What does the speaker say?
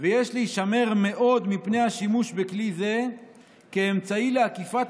ויש להישמר מאוד מפני השימוש בכלי זה כאמצעי לעקיפת